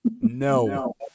No